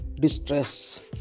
Distress